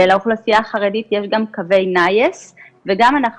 לאוכלוסייה החרדית יש גם קווי נייעס ואנחנו גם